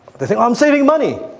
they think i'm saving money!